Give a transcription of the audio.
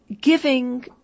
giving